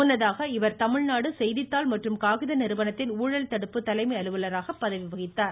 முன்னதாக இவர் தமிழ்நாடு செய்தித்தாள் மற்றும் காகித நிறுவனத்தின் ஊழல் தடுப்பு தலைமை அலுவலராக பதவி வகித்தார்